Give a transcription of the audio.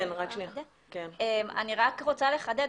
אני רוצה לחדד.